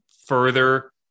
further